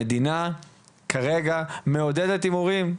המדינה כרגע מעודדת הימורים.